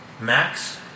Max